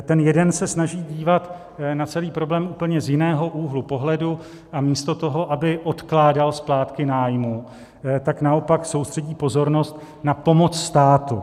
Ten jeden se snaží dívat na celý problém z úplně jiného úhlu pohledu a místo toho, aby odkládal splátky nájmu, tak naopak soustředí pozornost na pomoc státu.